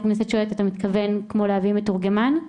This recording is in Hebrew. אתה מתכוון כמו להביא מתורגמן?